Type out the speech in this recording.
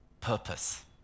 purpose